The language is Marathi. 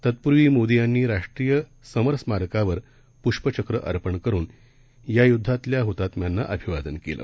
तत्पूर्वीमोदीयांनीराष्ट्रीयसमरस्मारकावरपुष्पचक्रअर्पणकरुनयायुद्धातल्याहुतात्म्यांनाअ भिवादनकेलं